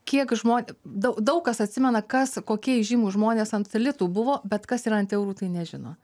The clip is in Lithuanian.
kiek žmo dau daug kas atsimena kas kokie įžymūs žmonės ant litų buvo bet kas yra ant eurų tai nežino